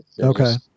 Okay